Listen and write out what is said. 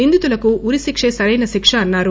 నిందితులకు ఉరిశికే సరైన శిక్ష అన్నారు